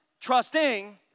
trusting